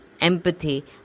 empathy